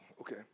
Okay